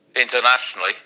internationally